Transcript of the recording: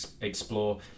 explore